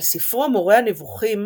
על ספרו מורה הנבוכים